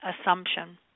assumption